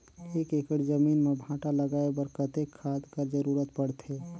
एक एकड़ जमीन म भांटा लगाय बर कतेक खाद कर जरूरत पड़थे?